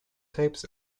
tapes